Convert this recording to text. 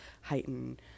heighten